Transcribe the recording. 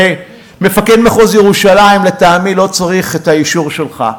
ומפקד מחוז ירושלים לטעמי לא צריך את האישור שלך,